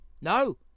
No